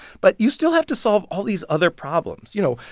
but you still have to solve all these other problems. you know,